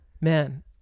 man